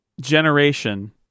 generation